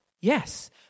yes